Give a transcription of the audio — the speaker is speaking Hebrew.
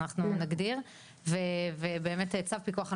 אנחנו נגדיר וזה באמת "צו פיקוח על